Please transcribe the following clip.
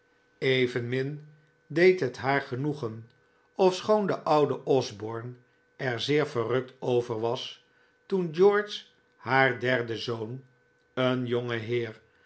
evenmin deed het haar genoegen ofschoon de oude osborne er zeer verrukt over was toen george haar derden zoon een